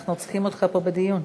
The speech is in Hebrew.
אנחנו צריכים אותך פה, בדיון.